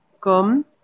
Come